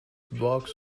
box